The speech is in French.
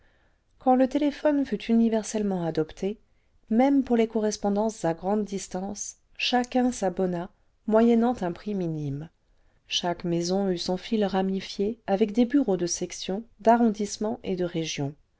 quand le téléphone fut universellement adopté même pour les correspondances à grande distance chacun s'abonna moyennant un prix minime chaque maison eut son fil ramifié avec des bureaux de section d'arrondissement et de région